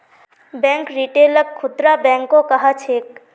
bank रिटेलक खुदरा बैंको कह छेक